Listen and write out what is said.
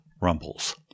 rumbles